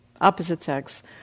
opposite-sex